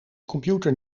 computer